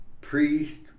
Priest